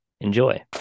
Enjoy